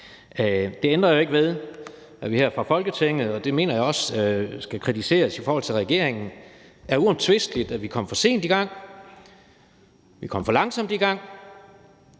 det mener jeg også at vi her fra Folketinget skal kritisere i forhold til regeringen – er uomtvisteligt, at vi kom for sent i gang. Vi kom for langsomt i gang.